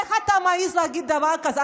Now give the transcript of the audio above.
איך אתה מעז להגיד דבר כזה?